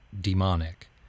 demonic